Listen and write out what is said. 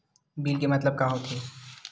Bill के मतलब का होथे?